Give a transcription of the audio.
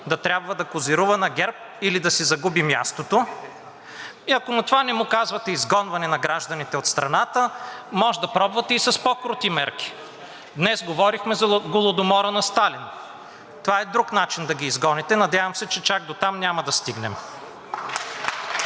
да трябва да козирува на ГЕРБ или да си загуби мястото. И ако на това не му казвате изгонване на гражданите от страната, може да пробвате и с по-крути мерки. Днес говорихме за Гладомора на Сталин – това е друг начин да ги изгоните, надявам се, че чак дотам няма да стигнем.